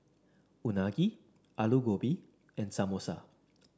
Unagi Alu Gobi and Samosa